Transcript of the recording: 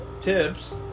tips